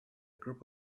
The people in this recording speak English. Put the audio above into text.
group